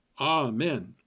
Amen